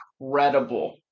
incredible